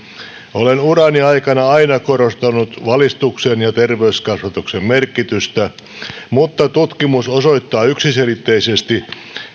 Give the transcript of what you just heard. olen urani aikana aina korostanut valistuksen ja terveyskasvatuksen merkitystä mutta tutkimus osoittaa yksiselitteisesti